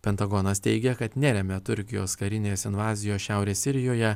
pentagonas teigia kad neremia turkijos karinės invazijos šiaurės sirijoje